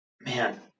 man